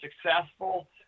successful